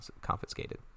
confiscated